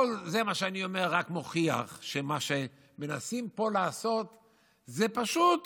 כל מה שאני אומר רק מוכיח שמה שמנסים לעשות פה זה פשוט